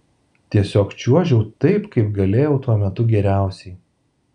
tiesiog čiuožiau taip kaip galėjau tuo metu geriausiai